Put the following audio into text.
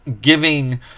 giving